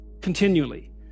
continually